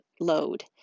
load